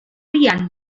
criança